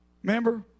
Remember